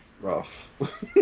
rough